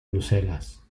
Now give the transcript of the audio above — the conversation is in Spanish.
bruselas